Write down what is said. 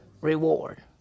reward